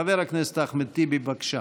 חבר הכנסת אחמד טיבי, בבקשה.